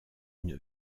une